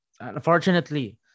unfortunately